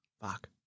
Fuck